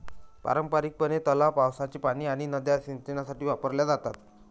पारंपारिकपणे, तलाव, पावसाचे पाणी आणि नद्या सिंचनासाठी वापरल्या जातात